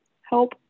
help